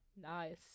Nice